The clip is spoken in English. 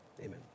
amen